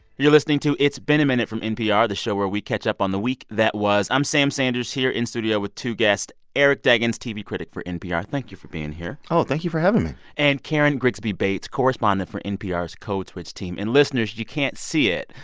you're listening to it's been a minute from npr, the show where we catch up on the week that was. i'm sam sanders here in studio with two guests eric deggans, tv critic for npr. thank you for being here oh, thank you for having me and karen grigsby bates, correspondent for npr's code switch team. and, listeners, you can't see it,